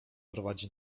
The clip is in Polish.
prowadzi